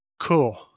Cool